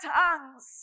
tongues